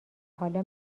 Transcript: حالا